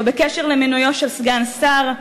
או בקשר למינויו של סגן שר,